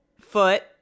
foot